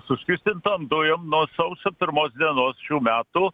suskystintom dujom nuo sausio pirmos dienos šių metų